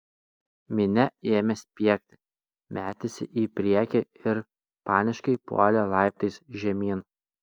minia ėmė spiegti metėsi į priekį ir paniškai puolė laiptais žemyn